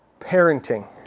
parenting